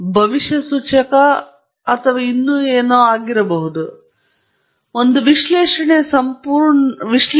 ಇದು ವಿವರಣಾತ್ಮಕ ಭವಿಷ್ಯಸೂಚಕ ಮತ್ತು ಇನ್ನೂ ಆಗಿರಬಹುದು ಏಕೆಂದರೆ ಇದು ವಿಶ್ಲೇಷಣೆಯ ಸಂಪೂರ್ಣ ಪಠ್ಯವನ್ನು ಬದಲಾಯಿಸುತ್ತದೆ